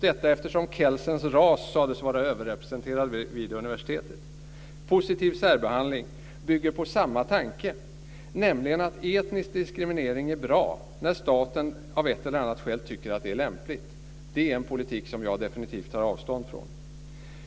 Detta eftersom Kelsens ras sades vara överrepresenterad vid universitetet. Positiv särbehandling bygger på samma tanke, nämligen att etnisk diskriminering är bra när staten av ett eller annat skäl tycker att den är lämplig. Det är en politik som jag definitivt tar avstånd från.